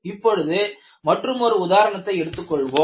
இப்பொழுது மற்றுமொரு உதாரணத்தை எடுத்துக் கொள்வோம்